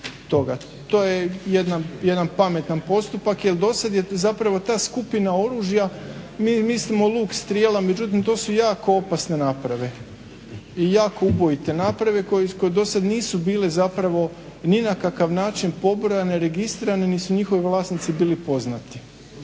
To je jedan pametan postupak jel dosad je zapravo ta skupina oružja, mi mislim luk strijela, međutim to su jako opasne naprave i jako ubojite naprave koje dosad nisu bile zapravo ni na kakav način pobrojane, registrirane nit su njihovi vlasnici bili poznati.